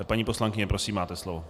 Paní poslankyně, prosím, máte slovo.